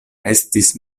estis